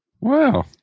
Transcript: Wow